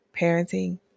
parenting